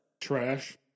Trash